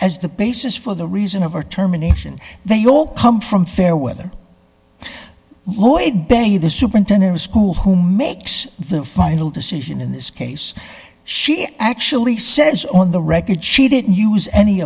as the basis for the reason of our terminations they all come from fair weather lloyd barry the superintendent of school who makes the final decision in this case she actually says on the record she didn't use any